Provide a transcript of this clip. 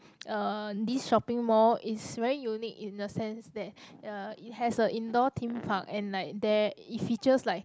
uh this shopping mall is very unique in the sense that uh it has a indoor theme park and like there it features like